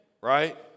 Right